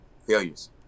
Failures